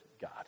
God